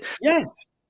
yes